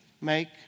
make